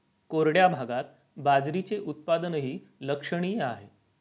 कोरड्या भागात बाजरीचे उत्पादनही लक्षणीय आहे